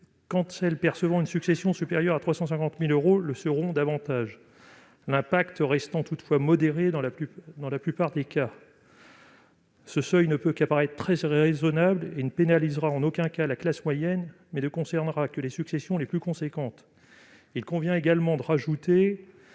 quand celles percevant une succession supérieure à 350 000 euros le seront davantage, l'impact restant toutefois modéré dans la plupart des cas. Ce seuil ne peut que sembler très raisonnable et ne pénalisera en aucun cas la classe moyenne ; il ne concernera que les successions les plus importantes. Il convient également d'ajouter